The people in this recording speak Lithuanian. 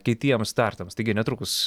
kitiems startams taigi netrukus